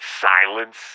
silence